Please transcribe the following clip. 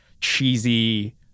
cheesy